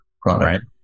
product